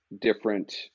different